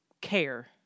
care